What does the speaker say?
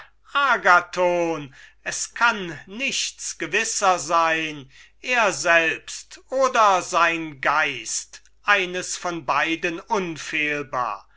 es kann nichts gewisser sein er selbst oder sein geist eines von beiden unfehlbar